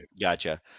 gotcha